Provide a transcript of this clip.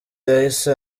yahise